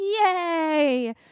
yay